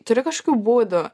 turi kažkokiu būdų